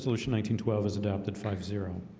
twelve has adopted five zero